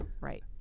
Right